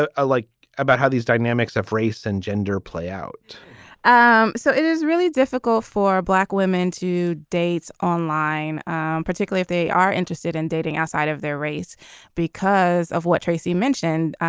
ah i like about how these dynamics of race and gender play out um so it is really difficult for black women to dates online particularly if they are interested in dating outside of their race because of what tracy mentioned.